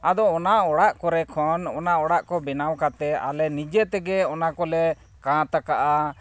ᱟᱫᱚ ᱚᱱᱟ ᱚᱲᱟᱜ ᱠᱚᱨᱮ ᱠᱷᱚᱱ ᱚᱱᱟ ᱚᱲᱟᱜ ᱠᱚ ᱵᱮᱱᱟᱣ ᱠᱟᱛᱮ ᱟᱞᱮ ᱱᱤᱡᱮ ᱛᱮᱜᱮ ᱚᱱᱟ ᱠᱚᱞᱮ ᱠᱟᱸᱛ ᱟᱠᱟᱜᱼᱟ